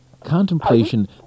Contemplation